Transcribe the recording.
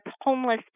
homeless